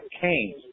Cain